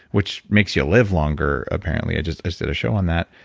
which makes you live longer apparently, i just just did a show on that,